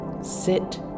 sit